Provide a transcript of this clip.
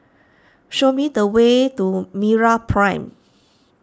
show me the way to MeraPrime